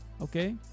okay